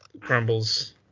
crumbles